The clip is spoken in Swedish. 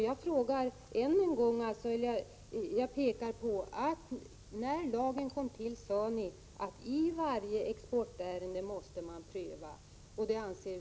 Jag pekar än en gång på att ni, när lagen kom till, sade att det skulle bli nödvändigt med en prövning av varje exportärende.